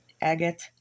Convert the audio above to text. agate